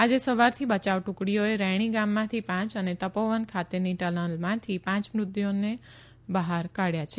આજે સવારથી બયાવ ટુકડીઓએ રૈણી ગામમાંથી પાંચ અને તપોવન ખાતેની ટનલમાંથી પાંચ મૃતદેહોને બહાર કાઢયા છે